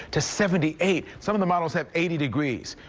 to seventy eight some of the models have eighty degrees.